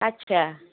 আচ্ছা